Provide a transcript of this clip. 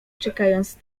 czekając